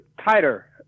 tighter